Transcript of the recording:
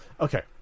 Okay